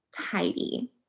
tidy